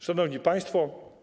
Szanowni Państwo!